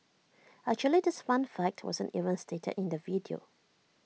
actually this fun fact wasn't even stated in the video